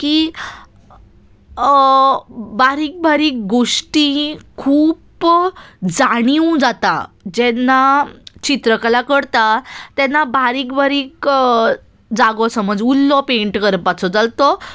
की बारीक बारीक गोश्टी खूप जाणीव जाता जेन्ना चित्रकला करता तेन्ना बारीक बारीक जागो समज उरलो पेंट करपाचो जाल्यार तो